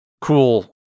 cool